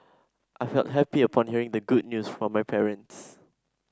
I felt happy upon hearing the good news from my parents